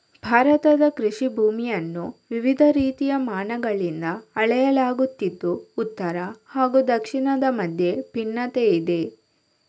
ಭಾರತದ ಕೃಷಿ ಭೂಮಿಗಳನ್ನು ವಿವಿಧ ರೀತಿಯ ಮಾನಗಳಿಂದ ಅಳೆಯಲಾಗುತ್ತಿದ್ದು ಉತ್ತರ ಹಾಗೂ ದಕ್ಷಿಣದ ಮಧ್ಯೆ ಭಿನ್ನತೆಯಿದೆ